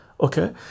okay